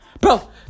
Bro